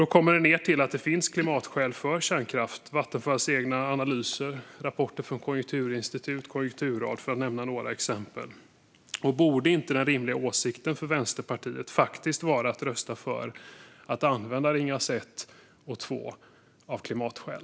Då kommer det ned till att det finns klimatskäl för kärnkraft. Det visar Vattenfalls egna analyser och rapporter från Konjunkturinstitutet och Konjunkturrådet, för att nämna några exempel. Borde inte den rimliga åsikten för Vänsterpartiet faktiskt vara att rösta för att använda Ringhals 1 och 2 - av klimatskäl?